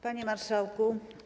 Panie Marszałku!